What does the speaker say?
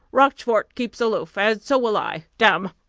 rochfort keeps aloof and so will i, damme!